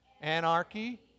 Anarchy